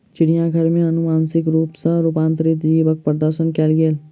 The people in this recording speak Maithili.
चिड़ियाघर में अनुवांशिक रूप सॅ रूपांतरित जीवक प्रदर्शन कयल गेल